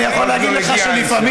אני יכול להגיד לך שלפעמים,